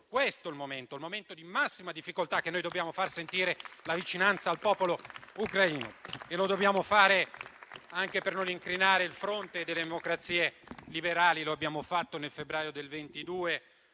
questo momento di massima difficoltà che dobbiamo far sentire la vicinanza al popolo ucraino e dobbiamo farlo anche per non incrinare il fronte delle democrazie liberali. Lo abbiamo fatto nel febbraio del 2022,